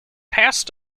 passed